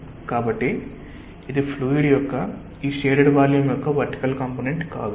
కాబట్టి ఇది ఫ్లూయిడ్ యొక్క ఈ షేడెడ్ వాల్యూమ్ యొక్క వర్టికల్ కాంపొనెంట్ కాదు